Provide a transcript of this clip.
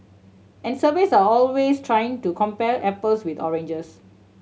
and surveys are always trying to compare apples with oranges